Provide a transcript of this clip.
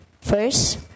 First